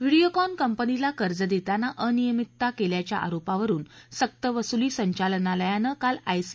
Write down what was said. व्हिडियोकॉन कंपनीला कर्ज देताना अनियमितता केल्याच्या आरोपावरून सक्तवसुली संचालनालयानं काल आयसी